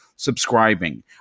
subscribing